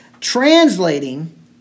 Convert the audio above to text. translating